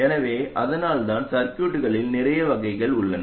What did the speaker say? எனவே அதனால்தான் சர்கியூட்களில் நிறைய வகைகள் உள்ளது